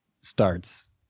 starts